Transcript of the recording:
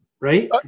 Right